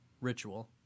ritual